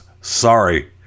sorry